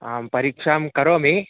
आं परीक्षां करोमि